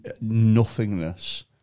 nothingness